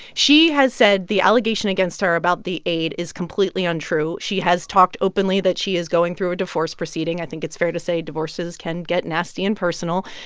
she has said the allegation against her about the aide is completely untrue. she has talked openly that she is going through a divorce proceeding. i think it's fair to say divorces can get nasty and personal.